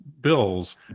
bills